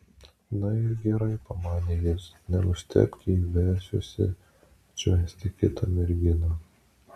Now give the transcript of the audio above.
na ir gerai pamanė jis nenustebk jei vesiuosi atšvęsti kitą merginą